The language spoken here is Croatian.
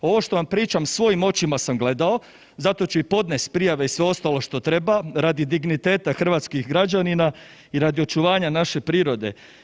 Ovo što vam pričam svojim očima sam gledao, zato ću podnest prijave i sve ostalo što treba radi digniteta hrvatskih građanina i radi očuvanja naše prirode.